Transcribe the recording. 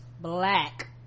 black